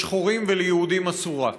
לשחורים וליהודים אסורה.